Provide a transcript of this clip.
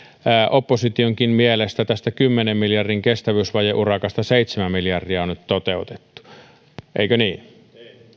oppositionkin mielestä kymmenen miljardin kestävyysvajeurakasta seitsemän miljardia on nyt toteutettu eikö niin